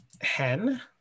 hen